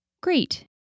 Great